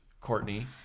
Courtney